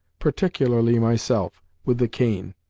particularly myself, with the cane,